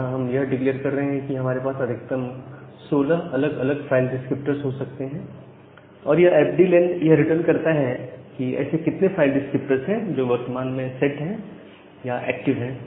यहां हम यह डिक्लियर कर रहे हैं कि हमारे पास अधिकतम 16 अलग अलग फाइल डिस्क्रिप्टर हो सकते हैं और यह एफडी लेन यह रिटर्न करता है कि ऐसे कितने फाइल डिस्क्रिप्टर हैं जो वर्तमान में सेट हैं या एक्टिव है